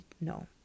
no